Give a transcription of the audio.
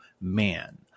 man